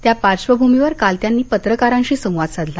त्या पार्श्वभुमीवर काल त्यांनी पत्रकारांशी संवाद साधला